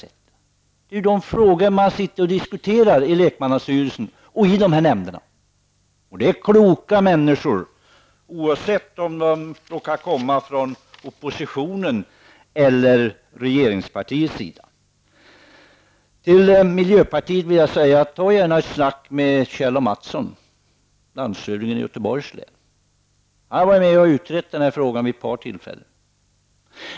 Det är de frågor man diskuterar i lekmannastyrelsen och i nämnderna. Det är kloka människor som sitter där, oavsett om de kommer från oppositionen eller från regeringspartiet. Till miljöpartiet vill jag säga: Tala gärna med Kjell Bohus län. Han har varit med och uträtt den här frågan vid ett par tillfällen.